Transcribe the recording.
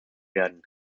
werden